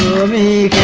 will be